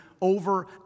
over